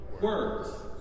Words